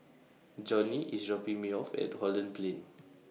Johny IS dropping Me off At Holland Plain